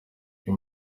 uyu